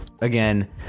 Again